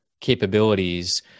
capabilities